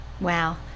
Wow